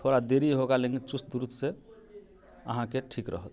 थोड़ा देरी होगा लेकिन चुस्त दुरुस्त से अहाँके ठीक रहत